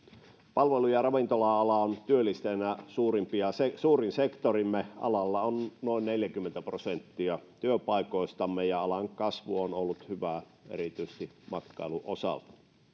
palvelu ja ravintola ala on työllistäjänä suurin sektorimme alalla on noin neljäkymmentä prosenttia työpaikoistamme ja alan kasvu on ollut hyvää erityisesti matkailun osalta